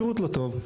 השירות לא טוב.